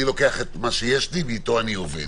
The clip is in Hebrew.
אני לוקח את מה שיש לי ואתו אני עובד.